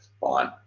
fine